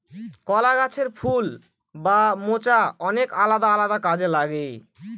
কলা গাছের ফুল বা মোচা অনেক আলাদা আলাদা কাজে লাগে